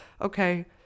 okay